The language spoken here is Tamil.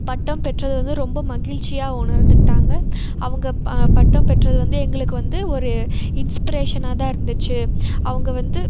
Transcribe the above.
பட்டம் பெற்றது வந்து ரொம்ப மகிழ்ச்சியாக உணர்ந்துட்டாங்க அவங்க பட்டம் பெற்றது வந்து எங்களுக்கு வந்து ஒரு இன்ஸ்பிரேஷனாக தான் இருந்துச்சி அவங்க வந்து